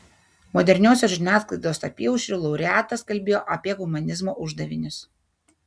moderniosios žiniasklaidos apyaušriu laureatas kalbėjo apie humanizmo uždavinius